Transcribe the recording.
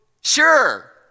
Sure